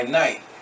night